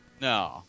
No